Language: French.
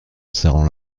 serrant